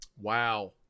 Wow